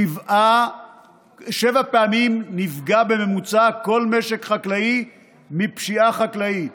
שבע פעמים נפגע בממוצע כל משק חקלאי מפשיעה חקלאית.